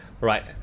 Right